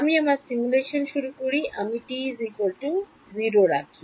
আমি আমার সিমুলেশন শুরু করি আমি t 0 রাখি